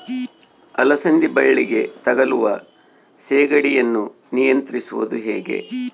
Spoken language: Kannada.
ಅಲಸಂದಿ ಬಳ್ಳಿಗೆ ತಗುಲುವ ಸೇಗಡಿ ಯನ್ನು ನಿಯಂತ್ರಿಸುವುದು ಹೇಗೆ?